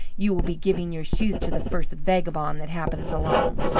you will be giving your shoes to the first vagabond that happens along.